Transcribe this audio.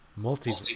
Multi